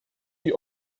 die